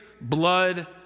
blood